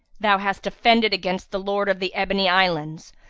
thou hast offended against the lord of the ebony islands,